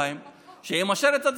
בלוח השנה העברי: יש את יום כיפור,